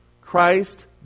Christ